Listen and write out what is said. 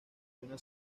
una